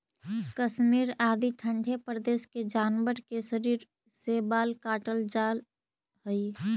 कश्मीर आदि ठण्ढे प्रदेश के जानवर के शरीर से बाल काटल जाऽ हइ